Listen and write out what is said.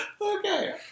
Okay